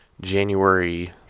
January